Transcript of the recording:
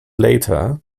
later